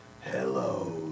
Hello